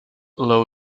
low